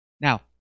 Now